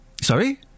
Sorry